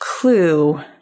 clue